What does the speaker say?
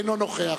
אינו נוכח,